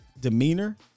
demeanor